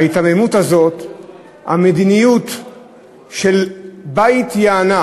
ההיתממות הזאת, המדיניות של בת-יענה,